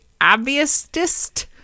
obviousest